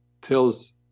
tells